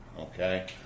okay